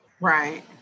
Right